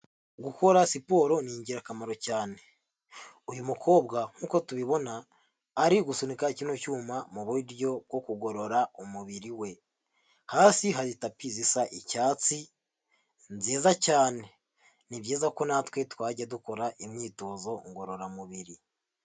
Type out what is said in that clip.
Gukora siporo ni ingirakamaro cyane. Uyu mukobwa nk'uko tubibona ari ugusunika kino cyuma mu buryo bwo kugorora umubiri we. Hasi hari tapi zisa icyatsi nziza cyane. Ni byiza ko natwe twajya dukora imyitozo ngororamubiri.